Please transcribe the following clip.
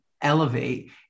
elevate